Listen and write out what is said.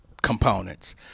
components